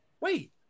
wait